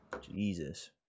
Jesus